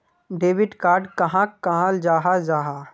Debit card कहाक कहाल जाहा जाहा?